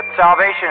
salvation